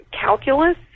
calculus